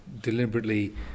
deliberately